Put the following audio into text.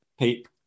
Pete